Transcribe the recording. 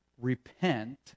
repent